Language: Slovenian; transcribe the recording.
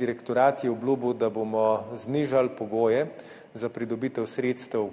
Direktorat je obljubil, da bomo poleti znižali pogoje za pridobitev sredstev